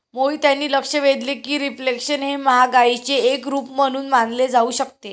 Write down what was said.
मोहित यांनी लक्ष वेधले की रिफ्लेशन हे महागाईचे एक रूप म्हणून मानले जाऊ शकते